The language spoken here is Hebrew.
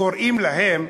קוראים להם,